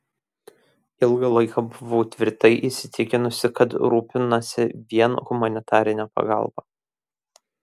ilgą laiką buvau tvirtai įsitikinusi kad rūpinasi vien humanitarine pagalba